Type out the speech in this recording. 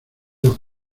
los